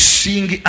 sing